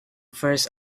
first